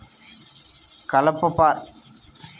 కలప యాపారం పెరిగినంక అడివి ఏడ మిగల్తాది